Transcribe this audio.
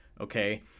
Okay